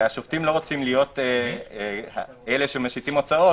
השופטים לא רוצים להיות אלה שמשיתים הוצאות